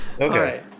Okay